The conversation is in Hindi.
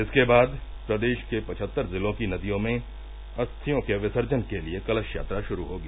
इसके बाद प्रदेश के पचहत्तर जिलों की नदियों में अस्थियों के विसर्जन के लिए कलश यात्रा शुरू होगी